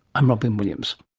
i'm robyn williams